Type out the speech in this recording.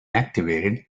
activated